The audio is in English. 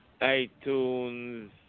iTunes